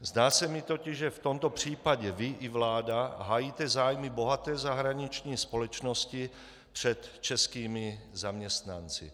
Zdá se mi totiž, že v tomto případě vy i vláda hájíte zájmy bohaté zahraniční společnosti před českými zaměstnanci.